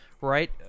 right